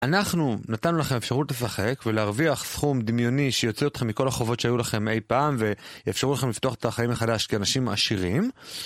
אנחנו נתנו לכם אפשרות לשחק ולהרוויח סכום דמיוני שיוציא אותכם מכל החובות שהיו לכם אי פעם ויאפשרו לכם לפתוח את החיים מחדש כאנשים עשירים